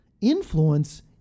Influence